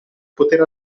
poter